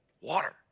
water